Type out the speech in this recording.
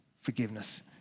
forgiveness